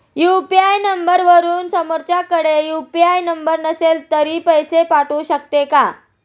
UPI नंबरवरून समोरच्याकडे UPI number नसेल तरी पैसे पाठवू शकते का?